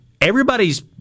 Everybody's